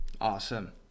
Awesome